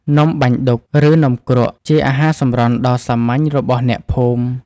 នំបាញ់ឌុក ឬនំគ្រក់ ជាអាហារសម្រន់ដ៏សាមញ្ញរបស់អ្នកភូមិ។